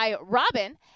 Robin